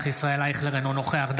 אינו נוכח ישראל אייכלר,